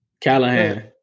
Callahan